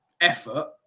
effort